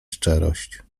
szczerość